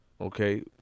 Okay